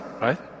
right